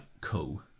cool